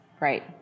Right